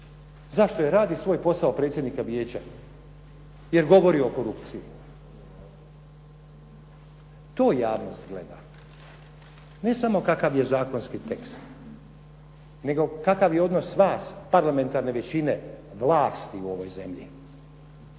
Zašto? Jer radi svoj posao predsjednika Vijeća, jer govori o korupciji. To javnost gleda, ne samo kakav je zakonski tekst, nego kakav je odnos vas, parlamentarne većine, vlasti u ovoj zemlji